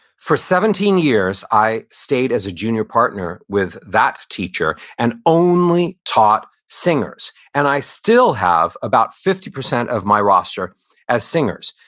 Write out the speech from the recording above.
for seventeen years, i stayed as a junior partner with that teacher and only taught singers, and i still have about fifty percent of my roster as singers.